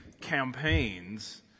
campaigns